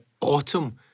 autumn